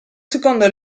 secondo